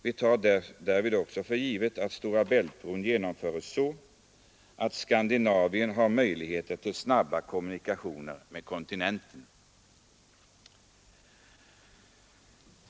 Vi tar därvid också för givet att Stora Bältbron genomförs så att Skandinavien har möjligheter till snabba kommunikationer med kontinenten.